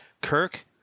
Kirk